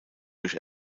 durch